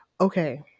Okay